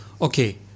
okay